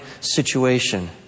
situation